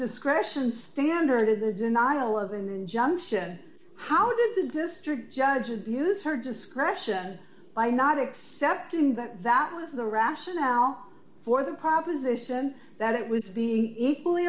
discretion standard of the denial of the junction how did the district judge abuse her discretion by not accepting that that was the rationale for the proposition that it would be equally